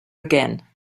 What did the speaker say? again